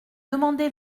demander